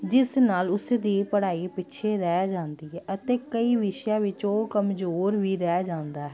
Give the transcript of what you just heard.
ਜਿਸ ਨਾਲ ਉਸ ਦੀ ਪੜ੍ਹਾਈ ਪਿੱਛੇ ਰਹਿ ਜਾਂਦੀ ਹੈ ਅਤੇ ਕਈ ਵਿਸ਼ਿਆਂ ਵਿੱਚ ਉਹ ਕਮਜ਼ੋਰ ਵੀ ਰਹਿ ਜਾਂਦਾ ਹੈ